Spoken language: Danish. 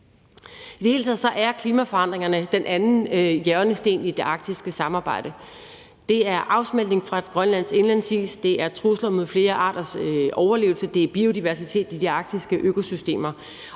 I det hele taget er klimaforandringerne den anden hjørnesten i det arktiske samarbejde. Det er afsmeltning fra Grønlands indlandsis. Det er trusler mod flere arters overlevelse. Det er biodiversitet i de arktiske økosystemer.